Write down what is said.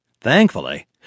Thankfully